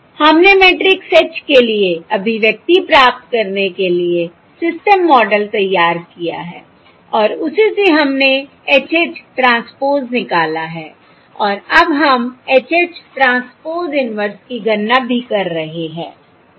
हमने matrix H के लिए अभिव्यक्ति प्राप्त करने के लिए सिस्टम मॉडल तैयार किया है और उसी से हमने H H ट्रांसपोज़ निकाला है और अब हम H H ट्रांसपोज़ इन्वर्स की गणना भी कर रहे हैं ठीक है